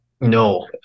No